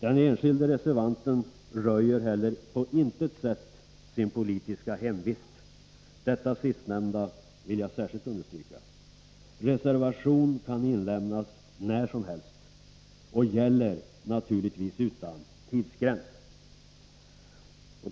Den enskilde reservanten röjer heller på intet sätt sin politiska hemvist. Det sistnämnda vill jag särskilt understryka. Reservation kan inlämnas när som helst och gäller naturligtvis utan tidsgräns.